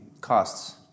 costs